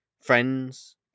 friends